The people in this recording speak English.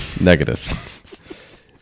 negative